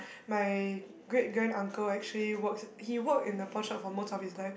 my great grand uncle actually works he work in a pawnshop for most of his life